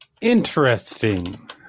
Interesting